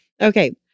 Okay